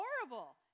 horrible